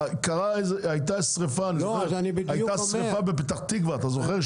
הייתה שריפה בפתח תקווה, אתה זוכר?